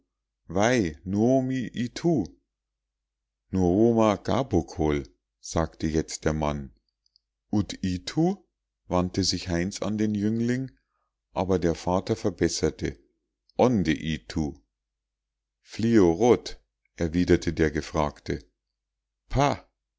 itu nuoma gabokol sagte jetzt der mann ud itu wandte sich heinz jetzt an den jüngling der vater aber verbesserte onde itu fliorot erwiderte der gefragte pa